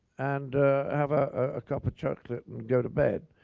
and have a cup of chocolate, and go to bed.